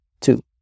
Two